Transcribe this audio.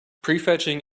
prefetching